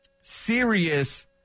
serious